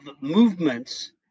movements